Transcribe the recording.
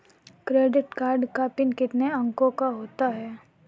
Credit card का PIN कितने अंकों का होता है?